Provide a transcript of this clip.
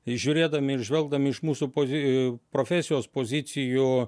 žiūrėdami ir žvelgdami iš mūsų pozi profesijos pozicijų